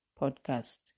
podcast